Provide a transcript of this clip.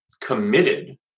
committed